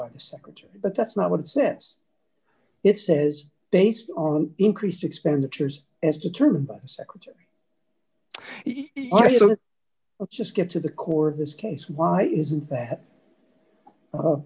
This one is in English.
by the secretary but that's not what it says it says based on increased expenditures as determined by the secretary so let's just get to the core of this case why isn't